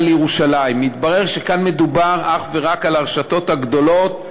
התברר שכאן מדובר אך ורק על הרשתות הגדולות.